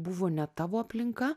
buvo ne tavo aplinka